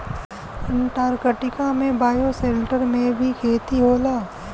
Antarctica में bioshelter में ही खेती होला